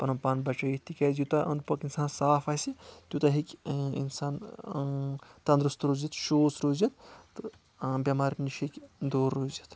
پَنُن پان بَچٲیِتھ تِکیازِ یوٗتاہ أندۍ پوٚکھ اِنسان صاف آسہِ تیوٗتاہ ہیکہِ اِنسان تندرست روزِتھ شوٗژ روزِتھ تہٕ بیمارِ نِش ہیکِہ دوٗر روٗزِتھ